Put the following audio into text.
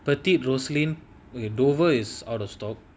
petite rosaline when dover is out of stock